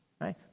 right